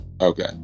okay